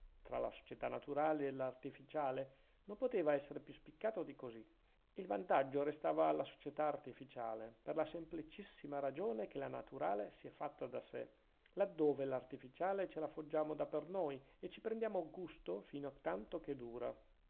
tra la società naturale e l'artificiale non poteva essere più spiccato di così e il vantaggio restava alla società artificiale per la semplicissima ragione che la naturale si è fatta da sè laddove l'artificiale ce la foggiamo da per noi e ci prendiamo gusto fino a tanto che dura